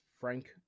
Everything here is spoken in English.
Frank